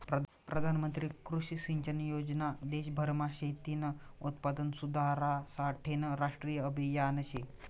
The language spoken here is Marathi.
प्रधानमंत्री कृषी सिंचन योजना देशभरमा शेतीनं उत्पादन सुधारासाठेनं राष्ट्रीय आभियान शे